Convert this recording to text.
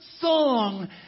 song